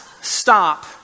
stop